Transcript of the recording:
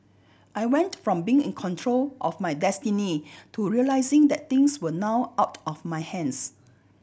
I went from being in control of my destiny to realising that things were now out of my hands